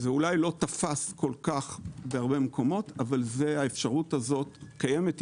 זה אולי לא כל כך תפס בהרבה מקומות אבל האפשרות הזאת קיימת.